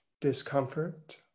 discomfort